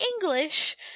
english